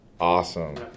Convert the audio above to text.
Awesome